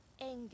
anger